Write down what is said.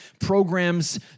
Programs